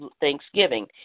thanksgiving